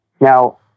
Now